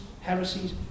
heresies